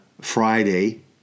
Friday